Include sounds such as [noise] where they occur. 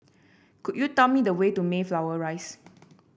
could you tell me the way to Mayflower Rise [noise]